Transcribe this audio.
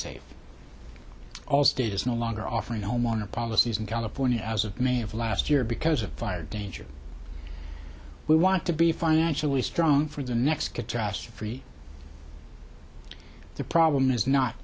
safe allstate is no longer offering homeowner policies in california as of may of last year because of fire danger we want to be financially strong for the next catastrophe the problem is not